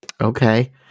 Okay